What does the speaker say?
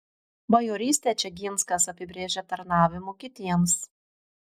bajorystę čeginskas apibrėžė tarnavimu kitiems